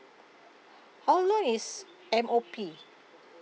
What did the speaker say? how long is M_O_P